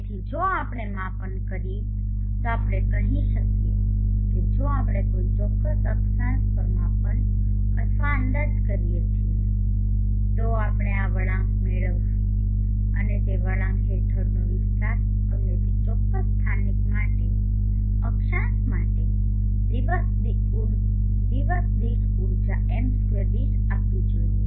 તેથી જો આપણે માપન કરીએ તો આપણે કહી શકીએ કે જો આપણે કોઈ ચોક્કસ અક્ષાંશ પર માપન અથવા અંદાજ કરીએ છીએ તો આપણે આ વળાંક મેળવીશું અને તે વળાંક હેઠળનો વિસ્તાર અમને તે ચોક્કસ સ્થાનિક અક્ષાંશ માટે દિવસ દીઠ ઊર્જા m2 દીઠ આપવી જોઈએ